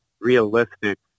realistic